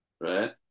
right